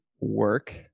work